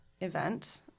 event